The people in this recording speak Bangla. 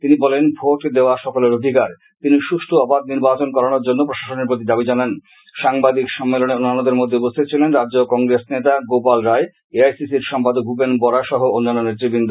তিনি বলেন ভোট দেওয়া সকলের অধিকার তিনি সুষ্ঠু ও অবাধ নির্বাচন করানোর জন্য প্রশাসনের প্রতি দাবি জানান সাংবাদিক সম্মলনে অন্যান্যদের মধ্যে উপস্থিত ছিলেন রাজ্য কংগ্রেস নেতা গোপাল রায় আইসিসি র সম্পাদক ভূপেন বডা সহ অনান্য নেতৃবৃন্দ